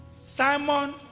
Simon